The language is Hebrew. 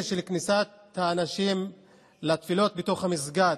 של כניסת האנשים לתפילות בתוך המסגד.